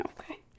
Okay